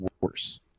worse